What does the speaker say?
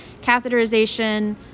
catheterization